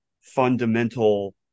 fundamental